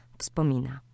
wspomina